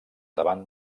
davant